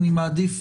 אני מעדיף,